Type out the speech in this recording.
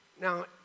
Now